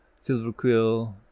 Silverquill